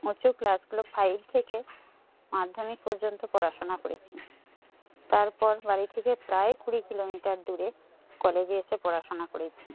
উঁচু ক্লাসগুলো ফাইভ থেকে মাধ্যমিক পর্যন্ত পড়াশোনা করেছি তারপর বাড়ি থেকে প্রায় কুড়ি কিলোমিটার দূরে কলেজে এসে পড়াশোনা করেছি